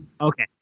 Okay